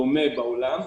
דומה לעולם,